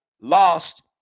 lost